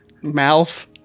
Mouth